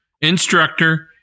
instructor